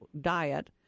diet